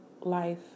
life